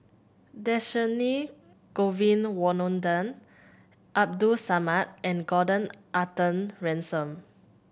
Dhershini Govin Winodan Abdul Samad and Gordon Arthur Ransome